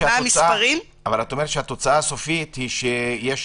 אבל את אומרת שהתוצאה הסופית היא שיש